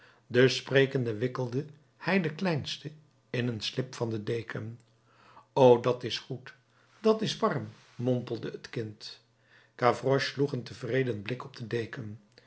dus sprekende wikkelde hij den kleinste in een slip van de deken o dat is goed dat is warm mompelde het kind gavroche sloeg een tevreden blik op de deken